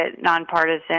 nonpartisan